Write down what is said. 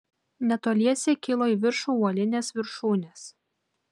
netoliese kilo į viršų uolinės viršūnės